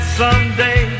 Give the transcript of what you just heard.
someday